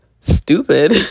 stupid